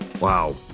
Wow